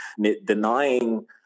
denying